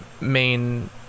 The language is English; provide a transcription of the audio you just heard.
main